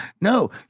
No